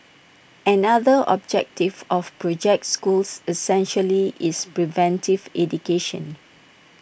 another objective of project schools essentially is preventive education